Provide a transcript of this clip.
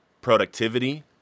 productivity